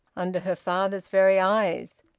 under her father's very eyes.